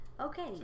okay